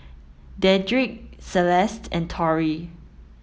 Dedrick Celeste and Tory